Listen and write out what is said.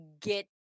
get